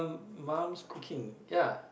mum's cooking ya